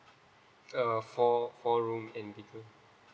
uh four four room and big room